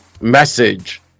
message